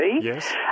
Yes